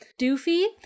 doofy